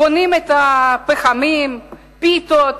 קונים פחמים, פיתות.